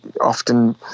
often